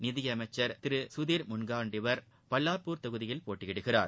நிதியமைச்சர் திரு சுதிர் முன்காண்டிவர் பல்லார்பூர் தொகுதியில் போட்டியிடுகிறார்